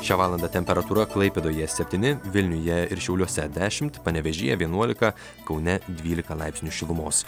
šią valandą temperatūra klaipėdoje septyni vilniuje ir šiauliuose dešimt panevėžyje vienuolika kaune dvylika laipsnių šilumos